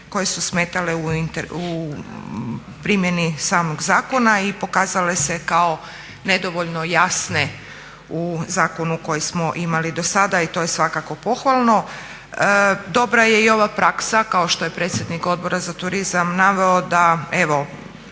koje su smetale u primjeni samog zakona i pokazale se kao nedovoljno jasne u zakonu koji smo imali dosada. To je svakako pohvalno. Dobra je i ova praksa, kao što je predsjednik Odbora za turizam naveo, da evo